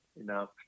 enough